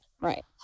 Right